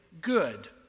good